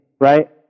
right